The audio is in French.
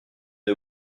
est